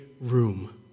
room